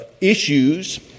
issues